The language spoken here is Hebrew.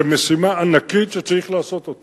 זאת משימה ענקית שצריך לעשות.